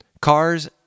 cars